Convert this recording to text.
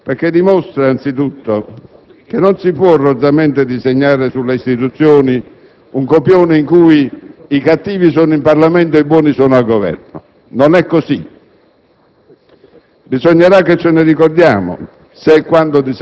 Voglio dirlo pacatamente, ma con fermezza, perché dimostra innanzitutto che non si può rozzamente disegnare sulle istituzioni un copione in cui i cattivi sono in Parlamento e i buoni sono al Governo. Non è così.